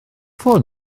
ffôn